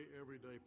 everyday